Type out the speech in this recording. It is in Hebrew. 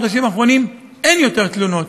החודשים האחרונים אין יותר תלונות,